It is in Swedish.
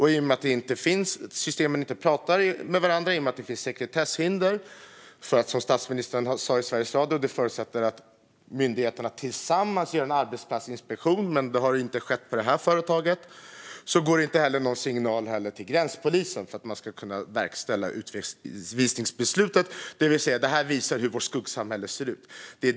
I och med att systemen inte pratar med varandra eftersom det finns sekretesshinder - som statsministern sa i Sveriges Radio förutsätter det att myndigheterna tillsammans gör en arbetsplatsinspektion, men det har inte skett på det här företaget - går det inte heller någon signal till gränspolisen för att den ska kunna verkställa utvisningsbeslutet. Detta visar hur vårt skuggsamhälle ser ut.